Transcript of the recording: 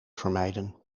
vermijden